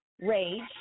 Rage